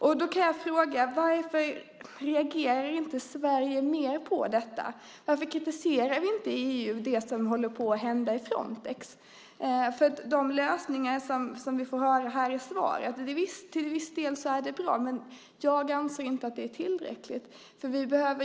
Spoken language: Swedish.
Därför vill jag fråga: Varför reagerar inte Sverige mer på detta? Varför kritiserar vi inte EU för det som håller på att hända med Frontex? Visst, de lösningar vi får i svaret från statsrådet är till viss del bra, men jag anser inte att det är tillräckligt.